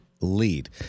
lead